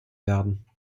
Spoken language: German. werden